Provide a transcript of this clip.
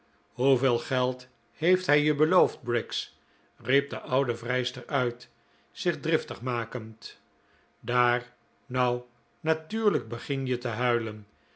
hoeveel geld heeft hij je beloofd briggs riep de oude vrijster uit zich driftig makend daar nou natuurlijk begin je te huilen